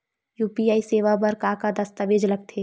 UPI सेवा बर का का दस्तावेज लगथे?